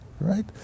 right